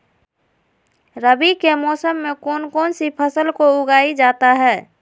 रवि के मौसम में कौन कौन सी फसल को उगाई जाता है?